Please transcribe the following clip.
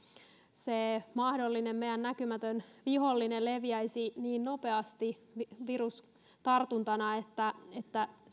se meidän mahdollinen näkymätön vihollisemme leviäisi niin nopeasti virustartuntana että että